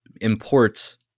imports